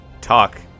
talk